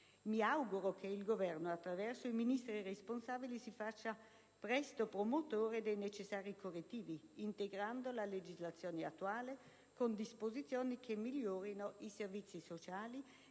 Mi auguro che il Governo, attraverso i Ministri responsabili, si faccia presto promotore dei necessari correttivi, integrando la legislazione attuale con disposizioni che migliorino i servizi sociali